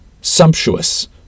sumptuous